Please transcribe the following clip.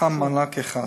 מענק אחד.